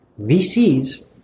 VCs